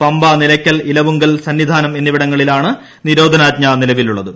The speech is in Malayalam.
പമ്പ നിലയ്ക്കൽ ഇലവുങ്കൽ സന്നിധാനം എന്നിവിടങ്ങളിലാണ് നിരോധനാജ്ഞ നിലവിലുള്ളത്